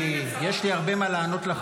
יש לי הרבה מה לענות לך,